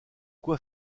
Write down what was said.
quoi